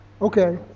okay